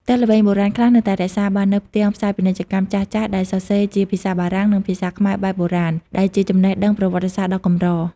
ផ្ទះល្វែងបុរាណខ្លះនៅតែរក្សាបាននូវផ្ទាំងផ្សាយពាណិជ្ជកម្មចាស់ៗដែលសរសេរជាភាសាបារាំង និងភាសាខ្មែរបែបបុរាណ ដែលជាចំណេះដឹងប្រវត្តិសាស្ត្រដ៏កម្រ។